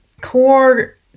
core